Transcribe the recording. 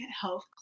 health